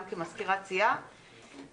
גם כמזכירת סיעה,